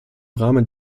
rahmen